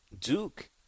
Duke